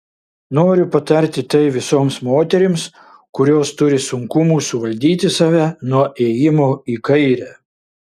noriu patarti tai visoms moterims kurios turi sunkumų suvaldyti save nuo ėjimo į kairę